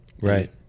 Right